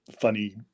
funny